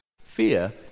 Fear